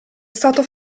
stato